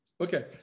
okay